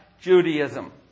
Judaism